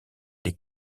des